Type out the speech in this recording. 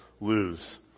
lose